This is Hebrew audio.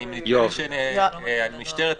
אני מניח שמשטרת ישראל,